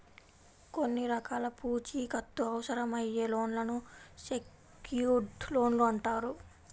కొన్ని రకాల పూచీకత్తు అవసరమయ్యే లోన్లను సెక్యూర్డ్ లోన్లు అంటారు